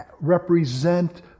represent